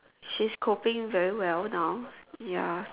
she's coping very well now ya